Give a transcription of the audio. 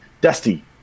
Dusty